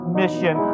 mission